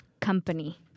company